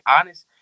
honest